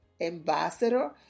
ambassador